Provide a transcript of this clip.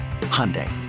Hyundai